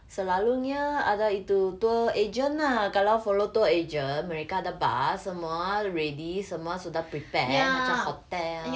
selalunya ada itu tour agent ah kalau follow tour agent mereka ada bas semua ready semua sudah prepared macam hotel